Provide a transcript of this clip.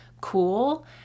cool